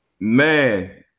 Man